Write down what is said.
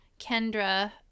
Kendra